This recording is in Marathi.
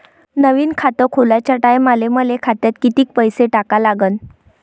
नवीन खात खोलाच्या टायमाले मले खात्यात कितीक पैसे टाका लागन?